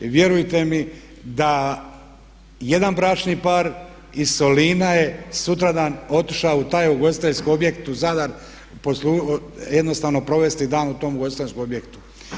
Vjerujte mi da jedan bračni par iz Solina je sutradan otišao u taj ugostiteljski objekt u Zadar jednostavno provesti dan u tom ugostiteljskom objektu.